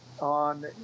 on